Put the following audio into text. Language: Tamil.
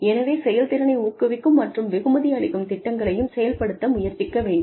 எனவே செயல் திறனை ஊக்குவிக்கும் மற்றும் வெகுமதி அளிக்கும் திட்டங்களையும் செயல்படுத்த முயற்சிக்க வேண்டும்